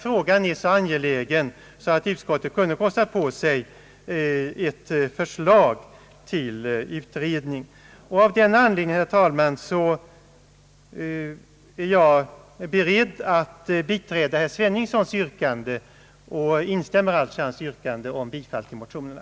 Frågan är så angelägen, tycker jag, att utskottet hade kunnat kosta på sig ett förslag till utredning. Av den anledningen, herr talman, är jag beredd att biträda herr Sveningssons yrkande. Jag instämmer alltså i hans yrkande om bifall till motionerna.